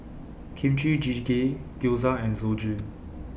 Kimchi Jjigae Gyoza and Zosui